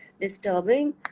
disturbing